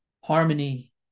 harmony